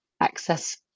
access